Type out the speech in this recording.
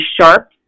sharp